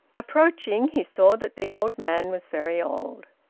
approaching, he saw that the old man was very old.